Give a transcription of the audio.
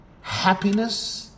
happiness